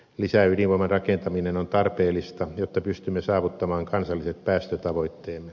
lisäydinvoiman rakentaminen on tarpeellista jotta pystymme saavuttamaan kansalliset päästötavoitteemme